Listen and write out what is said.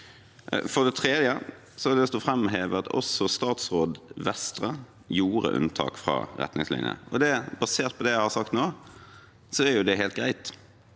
For det tredje har jeg lyst til å framheve at også statsråd Vestre gjorde unntak fra retningslinjene. Basert på det jeg har sagt nå, er det helt greit.